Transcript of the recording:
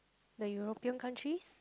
the European countries